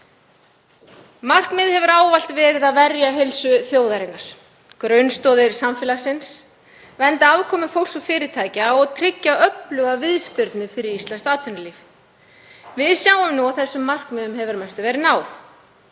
Markmiðið hefur ávallt verið að verja heilsu þjóðarinnar, grunnstoðir samfélagsins, vernda afkomu fólks og fyrirtækja og tryggja öfluga viðspyrnu fyrir íslenskt atvinnulíf. Við sjáum nú að þessum markmiðum hefur að mestu verið náð.